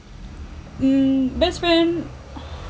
mm best friend